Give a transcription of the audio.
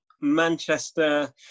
Manchester